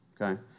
okay